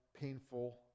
painful